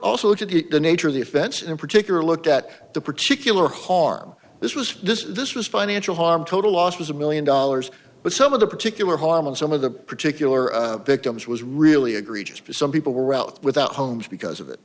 at the nature of the offense in particular looked at the particular harm this was this this was financial harm total loss was a one million dollars but some of the particular harm and some of the particular victims was really egregious for some people were out without homes because of it